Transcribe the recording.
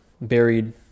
buried